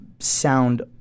sound